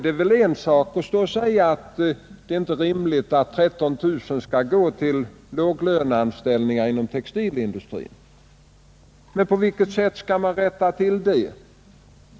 Det är en sak att anmärka på att 13 000 människor går till låglöneanställningar inom vår textilindustri, men på vilket sätt skall man rätta till det?